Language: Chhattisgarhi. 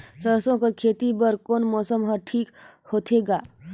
सरसो कर खेती बर कोन मौसम हर ठीक होथे ग?